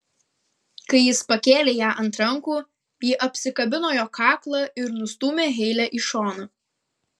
kai jis pakėlė ją ant rankų ji apsikabino jo kaklą ir nustūmė heilę į šoną